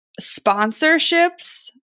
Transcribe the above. sponsorships